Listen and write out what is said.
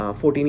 14